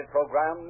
program